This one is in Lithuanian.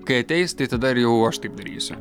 kai ateis tai tada ir jau aš taip darysiu